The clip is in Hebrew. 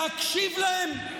להקשיב להן?